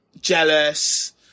jealous